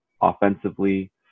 offensively